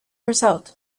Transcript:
result